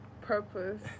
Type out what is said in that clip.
Purpose